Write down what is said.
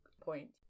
point